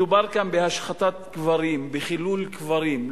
מדובר כאן בהשחתת קברים, בחילול קברים.